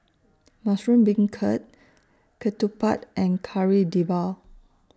Mushroom Beancurd Ketupat and Kari Debal